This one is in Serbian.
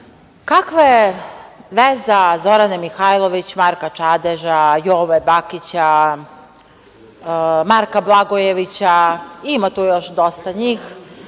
kakva je veza Zorane Mihajlović, Marka Čadeža, Jove Bakića, Marka Blagojevića, ima tu još dosta njih?